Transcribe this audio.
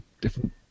different